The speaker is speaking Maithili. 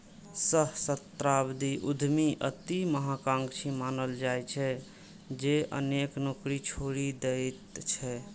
सहस्राब्दी उद्यमी अति महात्वाकांक्षी मानल जाइ छै, जे अनेक नौकरी छोड़ि दैत छै